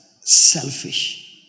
selfish